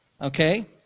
Okay